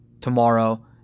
Tomorrow